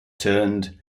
turned